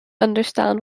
understand